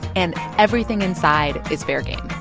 and everything inside is fair game